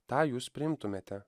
tą jūs priimtumėte